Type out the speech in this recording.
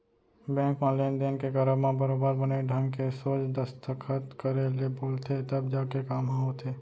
bank म लेन देन के करब म बरोबर बने ढंग के सोझ दस्खत करे ले बोलथे तब जाके काम ह होथे